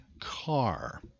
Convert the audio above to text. car